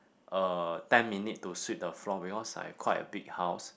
uh ten minute to sweep the floor because I have quite a big house